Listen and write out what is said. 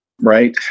Right